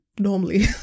normally